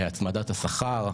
הצמדת השכר,